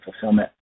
fulfillment